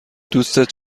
دوستت